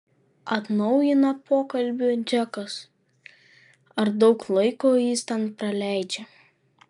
atnaujina pokalbį džekas ar daug laiko jis ten praleidžia